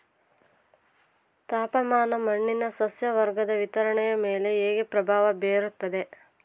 ತಾಪಮಾನ ಮಣ್ಣಿನ ಸಸ್ಯವರ್ಗದ ವಿತರಣೆಯ ಮೇಲೆ ಹೇಗೆ ಪ್ರಭಾವ ಬೇರುತ್ತದೆ?